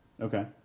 Okay